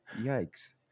Yikes